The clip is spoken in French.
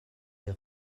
les